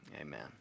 amen